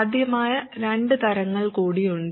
സാധ്യമായ രണ്ട് തരങ്ങൾ കൂടി ഉണ്ട്